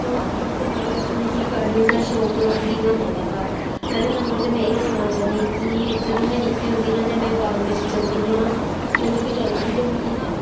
दिक्खो महाराज मिगी गार्डनिंग दा शौक कि'यां पेआ हा पैह्लें नंबर में एह् सनाना चाह्न्नीं कि जदूं में निक्की होंदी ना ते में बाग बिच्च जंदी ना में कुदै बी जंदी ते मिगी ना